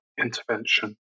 intervention